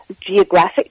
geographic